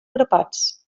grapats